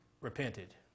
repented